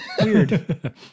Weird